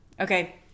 Okay